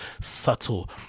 subtle